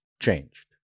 changed